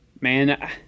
man